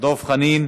דב חנין